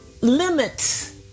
limits